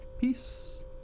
peace